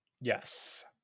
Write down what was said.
Yes